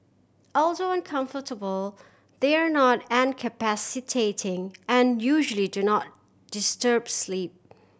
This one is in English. although uncomfortable they are not incapacitating and usually do not disturb sleep